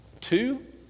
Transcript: Two